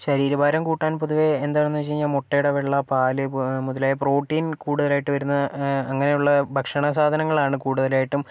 ശരീരഭാരം കൂട്ടാൻ പൊതുവെ എന്താണെന്ന് വച്ച് കഴിഞ്ഞാ പൊതുവെ മുട്ടയുടെ വെള്ള പാല് മുതലായ പ്രോട്ടീൻ കൂടുതലായിട്ട് വരുന്ന അങ്ങനെയുള്ള ഭക്ഷണസാധനങ്ങളാണ് കൂടുതലായിട്ടും